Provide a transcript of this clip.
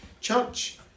church